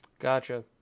Gotcha